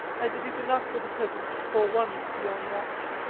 as it is enough for the present for one to be on watch.